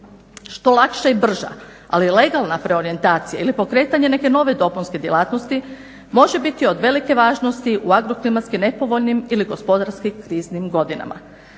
što lakša i brža ali legalna preorijentacija ili pokretanje neke nove dopunske djelatnosti može biti od velike važnosti u agro klimatski nepovoljnim ili gospodarski kriznim godinama.